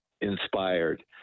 inspired